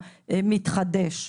יזום.